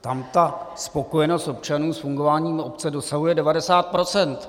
Tam ta spokojenost občanů s fungováním obce dosahuje 90 %.